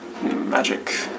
Magic